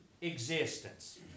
existence